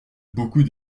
beaucoup